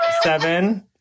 Seven